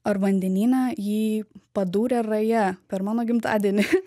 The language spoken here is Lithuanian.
ar vandenyne jį padūrė raja per mano gimtadienį